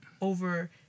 over